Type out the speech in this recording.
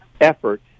effort